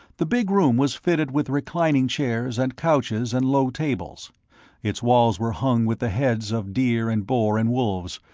the big room was fitted with reclining chairs and couches and low tables its walls were hung with the heads of deer and boar and wolves,